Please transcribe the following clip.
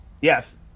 yes